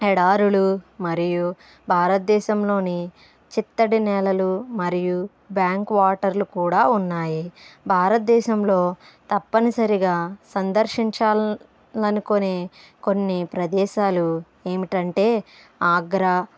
ఎడారులు మరియు భారతదేశంలోని చిత్తడి నేలలు మరియు బ్యాంకు వాటర్లు కూడా ఉన్నాయి భారతదేశంలో తప్పనిసరిగా సందర్శించాలి అనుకునే కొన్ని ప్రదేశాలు ఏమిటంటే ఆగ్రా